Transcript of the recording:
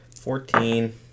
Fourteen